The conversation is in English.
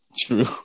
true